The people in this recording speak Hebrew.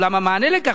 אולם המענה על כך,